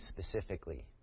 specifically